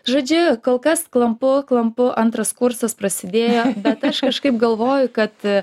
žodžiu kol kas klampu klampu antras kursas prasidėjo bet aš kažkaip galvoju kad